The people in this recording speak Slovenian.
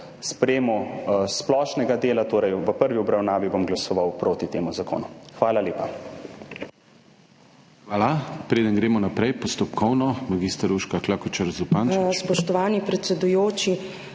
sprejetju splošnega dela, torej v prvi obravnavi bom glasoval proti temu zakonu. Hvala lepa.